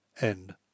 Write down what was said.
End